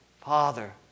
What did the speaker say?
Father